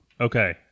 Okay